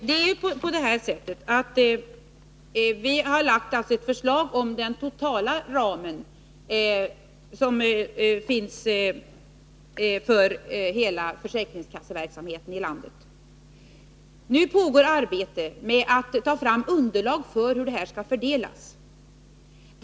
Herr talman! Vi har lagt fram ett förslag om den totala ramen för försäkringskasseverksamheten i hela landet. Nu pågår arbetet med att ta fram underlag för hur resurserna skall fördelas.